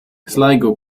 sligo